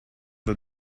the